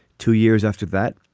two years after that,